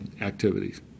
activities